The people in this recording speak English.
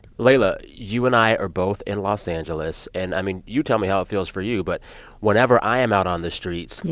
leila, you and i are both in los angeles. and, i mean, you tell me how it feels for you, but whenever i am out on the streets. yeah.